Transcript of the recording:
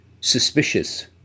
suspicious